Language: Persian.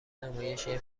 نمایش، یه